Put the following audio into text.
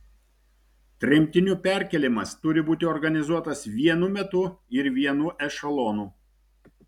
tremtinių perkėlimas turi būti organizuotas vienu metu ir vienu ešelonu